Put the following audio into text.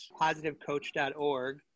positivecoach.org